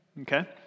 Okay